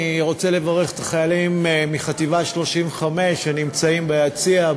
אני רוצה לברך את החיילים מחטיבה 35 שנמצאים ביציע.